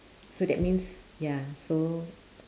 so that means ya so